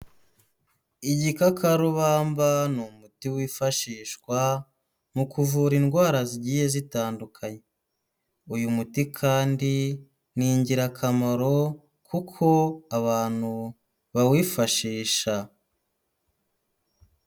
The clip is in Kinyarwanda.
Igikakarubamba ni umuti wifashishwa mu kuvura indwara zigiye zitandukanye. Uyu muti kandi ni ingirakamaro kuko abantu bawifashisha.